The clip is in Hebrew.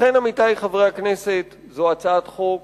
לכן, עמיתי חברי הכנסת, זו הצעת חוק